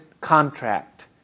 contract